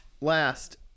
last